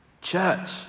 Church